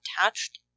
attached